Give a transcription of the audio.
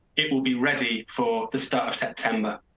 it will be ready for the start of september.